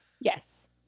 yes